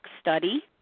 Study